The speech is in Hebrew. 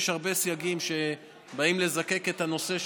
יש הרבה סייגים שבאים לזקק את הנושא,